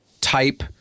type